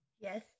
Yes